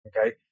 okay